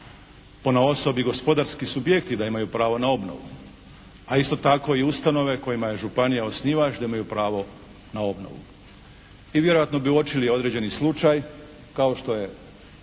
Ponaosob i gospodarski subjekti da imaju pravo na obnovu. A isto tako i ustanove kojima je županija osnivač da imaju pravo na obnovu. I vjerojatno bi uočili određeni slučaj kao što je